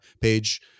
page